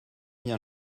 bien